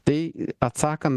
tai atsakan